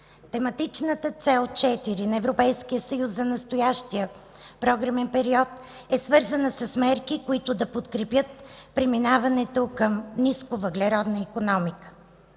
Тематичната цел 4 на Европейския съюз за настоящия програмен период е свързана с мерки, които да подкрепят преминаването към нисковъглеродна икономика.